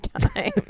time